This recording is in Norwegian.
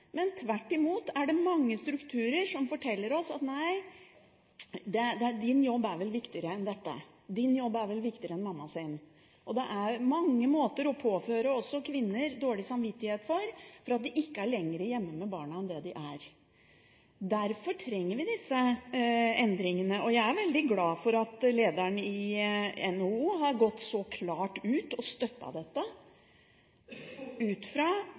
Tvert imot er det mange strukturer som forteller oss at din jobb er vel viktigere enn dette, din jobb er vel viktigere enn mammaens. Det er mange måter å påføre kvinner dårlig samvittighet på – f.eks. at de ikke er lenger hjemme med barna enn det de er. Derfor trenger vi disse endringene. Jeg er veldig glad for at lederen i NHO har gått så klart ut og støttet dette ut fra